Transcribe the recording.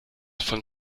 von